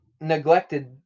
neglected